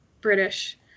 British